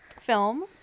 film